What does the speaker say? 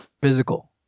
physical